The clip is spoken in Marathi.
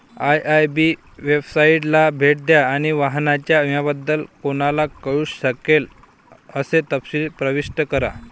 आय.आय.बी वेबसाइटला भेट द्या आणि वाहनाच्या विम्याबद्दल कोणाला कळू शकेल असे तपशील प्रविष्ट करा